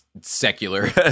secular